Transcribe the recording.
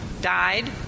died